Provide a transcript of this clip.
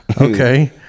Okay